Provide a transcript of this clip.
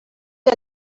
der